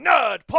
Nerd